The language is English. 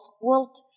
world